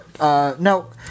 no